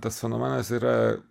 tas fenomenas yra